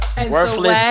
Worthless